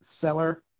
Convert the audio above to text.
seller